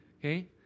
Okay